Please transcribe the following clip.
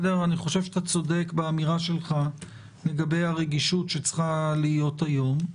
אני חושב שאתה צודק באמירה שלך לגבי הרגישות שצריכה להיות היום.